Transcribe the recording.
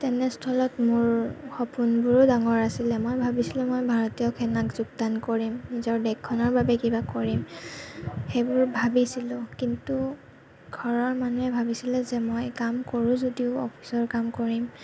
তেনেস্থলত মোৰ সপোনবোৰো ডাঙৰ আছিলে মই ভাৱিছিলো মই ভাৰতীয় খেলনাত যোগদান কৰিম নিজৰ দেশখনৰ বাবে কিবা কৰিম সেইবোৰ ভাৱিছিলো কিন্তু ঘৰৰ মানুহে ভাবিছিলে যে মই কাম কৰোঁ যদিও অফিচৰ কাম কৰিম